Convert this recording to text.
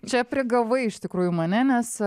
čia prigavai iš tikrųjų mane nes